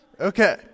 Okay